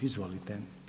Izvolite.